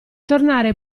tornare